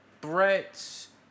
threats